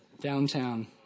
Downtown